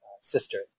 sister